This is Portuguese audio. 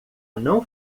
não